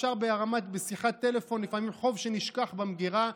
אפשר בשיחת טלפון לפעמים על חוב שנשכח במגירה,